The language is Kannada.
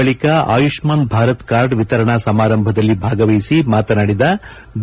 ಬಳಿಕ ಆಯುಷ್ಮಾನ್ ಭಾರತ್ ಕಾರ್ಡ್ ವಿತರಣಾ ಸಮಾರಂಭದಲ್ಲಿ ಭಾಗವಹಿಸಿ ಮಾತನಾಡಿದ ಡಿ